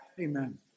Amen